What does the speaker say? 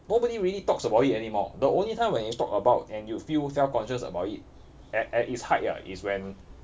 nobody really talks about it anymore the only time when you talk about and you feel self conscious about it at at it's height ah is when